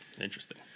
interesting